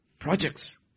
projects